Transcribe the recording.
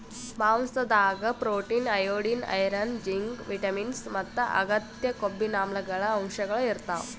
ಮಾಂಸಾದಾಗ್ protein, iodine, iron, zinc, vitamins ಮತ್ತ್ ಅಗತ್ಯ ಕೊಬ್ಬಿನಾಮ್ಲಗಳ್ ಅಂಶಗಳ್ ಇರ್ತವ್